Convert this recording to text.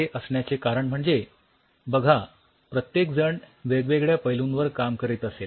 असे असण्याचे कारण म्हणजे बघा प्रत्येकजण वेगवेगळ्या पैलूंवर काम करीत असेल